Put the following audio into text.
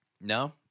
No